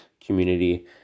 community